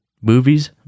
Movies